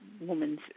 woman's